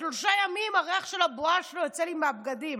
ואמר: שלושה ימים הריח של הבואש לא ירד לי מהבגדים,